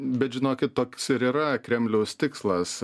bet žinokit toks ir yra kremliaus tikslas